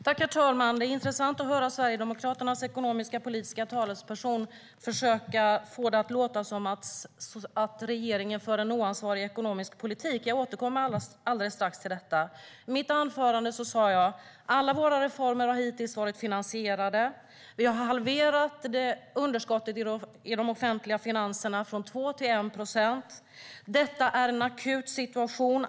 Herr talman! Det är intressant att höra Sverigedemokraternas ekonomiskpolitiska talesperson försöka få det att låta som att regeringen för en oansvarig ekonomisk politik. Jag återkommer alldeles strax till detta. I mitt anförande sa jag att alla våra reformer hittills har varit finansierade. Vi har halverat underskottet i de offentliga finanserna från 2 till 1 procent. Detta är en akut situation.